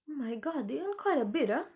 oh my god they earn quite a bit ah